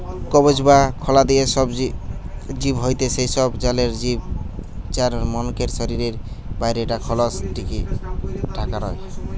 কবচ বা খলা দিয়া জিব হয়থে সেই সব জলের জিব যার মনকের শরীরের বাইরে টা খলস দিকি ঢাকা রয়